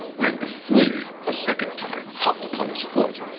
when the flea a second time hopped upon his foot,